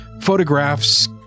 photographs